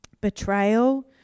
betrayal